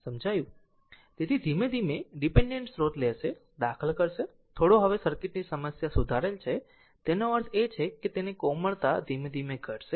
તેથી ધીમે ધીમે ડીપેન્ડેન્ટ સ્ત્રોત લેશે દાખલ કરશે થોડો હવે સર્કિટની સમસ્યા સુધારેલ છે તેનો અર્થ એ છે કે તેની કોમળતા ધીમે ધીમે ઘટશે